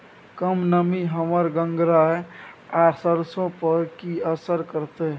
कम नमी हमर गंगराय आ सरसो पर की असर करतै?